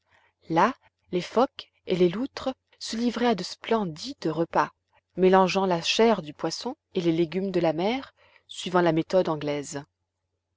là les phoques et les loutres se livraient à de splendides repas mélangeant la chair du poisson et les légumes de la mer suivant la méthode anglaise